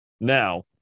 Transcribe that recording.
Now